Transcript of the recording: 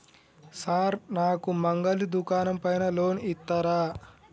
Sir నాకు మంగలి దుకాణం పైన లోన్ ఇత్తరా?